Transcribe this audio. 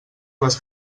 les